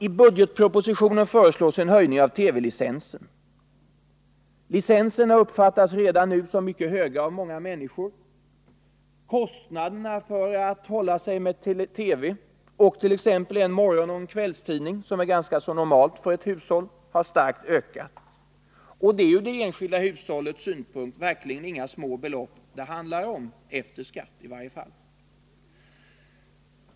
I budgetpropositionen föreslås en höjning av avgiften för TV-licensen. Licensavgifterna uppfattas redan nu av många människor som mycket höga. Kostnaderna för att hålla sig med TV och t.ex. en morgonoch en kvällstidning, som är ganska normalt för ett hushåll, har ökat starkt. Från det enskilda hushållets synpunkt är det verkligen inga små belopp det handlar om.